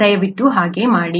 ದಯವಿಟ್ಟು ಹಾಗೆ ಮಾಡಿ